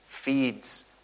feeds